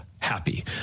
Happy